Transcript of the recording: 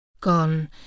Gone